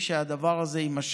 ברוך השם, ורוצים שהדבר הזה יימשך.